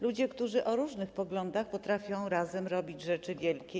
Ludzie o różnych poglądach potrafią razem robić rzeczy wielkie.